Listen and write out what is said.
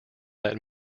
that